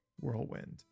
Whirlwind